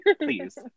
please